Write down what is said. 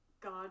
God